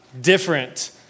different